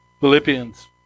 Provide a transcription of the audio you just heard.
Philippians